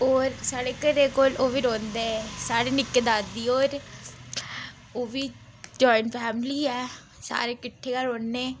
होर साढ़े घरै कोल ओह् बी रौंह्दे साढ़े निक्के दादी होर ओह् बी जाइन फैमिली ऐ सारे कट्ठे गै रौह्न्ने